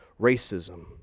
racism